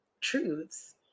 truths